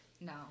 No